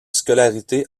scolarité